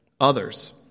others